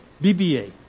BBA